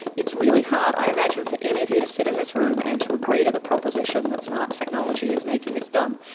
it's really hard, i imagine, for any of us to sit in this room and to agree to the proposition that smart technology is making us dumb.